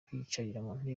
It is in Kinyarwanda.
ntebe